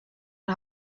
een